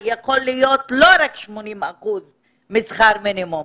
יכול להיות לא רק 80% משכר מינימום